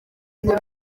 ngo